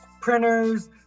printers